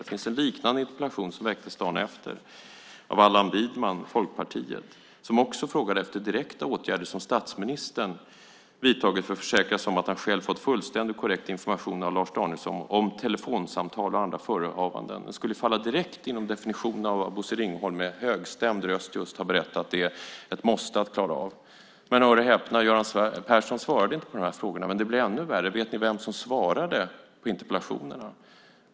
Det finns en liknande interpellation som väcktes dagen efter av Allan Widman, Folkpartiet, som också frågade efter direkta åtgärder som statsministern vidtagit för att försäkra sig om att han själv fått fullständigt korrekt information av Lars Danielsson om telefonsamtal och andra förehavanden. Detta skulle falla direkt inom definitionen av vad Bosse Ringholm med högstämd röst just har berättat är ett måste att klara av. Men, hör och häpna, Göran Persson svarade inte på de här frågorna! Och det blir ännu värre! Vet ni vem som svarade på interpellationerna?